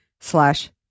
slash